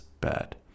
bad